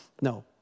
No